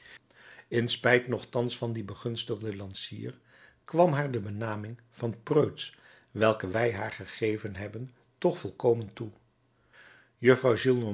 in spijt nochtans van dien begunstigden lancier kwam haar de benaming van preutsch welke wij haar gegeven hebben toch volkomen toe juffrouw